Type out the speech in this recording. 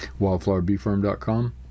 wildflowerbeefarm.com